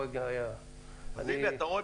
הוא היה -- אתה רואה?